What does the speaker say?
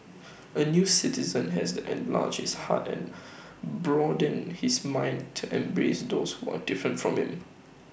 A new citizen has to enlarge his heart and broaden his mind to embrace those who are different from him